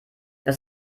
das